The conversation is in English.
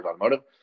Automotive